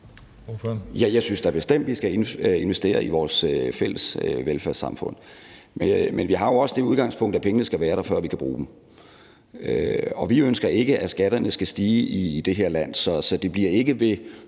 Jeg synes da bestemt, vi skal investere i vores fælles velfærdssamfund, men vi har også det udgangspunkt, at pengene skal være der, før vi kan bruge dem. Og vi ønsker ikke, at skatterne skal stige i det her land, så det bliver ikke ved